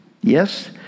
Yes